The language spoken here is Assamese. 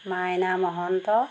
মাইনা মহন্ত